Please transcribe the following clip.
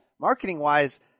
marketing-wise